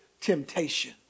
temptation